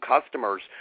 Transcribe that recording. customers